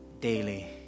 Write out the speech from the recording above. daily